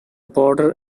border